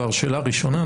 שאלה ראשונה,